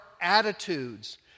attitudes